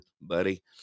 buddy